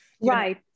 right